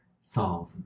solve